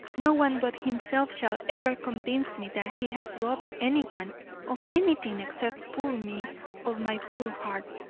no one but himself shall ever convince me that he has robbed anyone of anything except poor me of my poor heart.